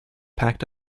packed